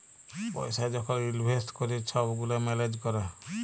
পইসা যখল ইলভেস্ট ক্যরে ছব গুলা ম্যালেজ ক্যরে